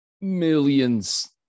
Millions